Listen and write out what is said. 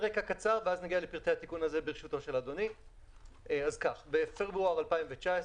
בפברואר 2019,